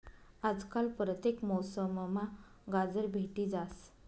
आजकाल परतेक मौसममा गाजर भेटी जास